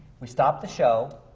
we stopped the show,